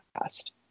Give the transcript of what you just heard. past